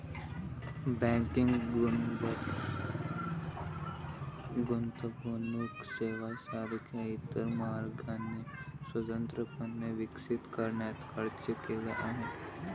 banking गुंतवणूक सेवांसारख्या इतर मार्गांनी स्वतंत्रपणे विकसित करण्यात खर्च केला आहे